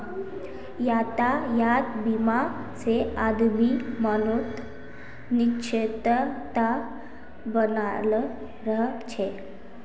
यातायात बीमा से आदमीर मनोत् निश्चिंतता बनाल रह छे